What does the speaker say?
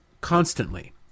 constantly